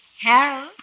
Harold